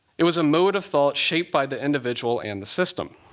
it was a mode of thought shaped by the individual and the system.